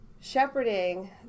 shepherding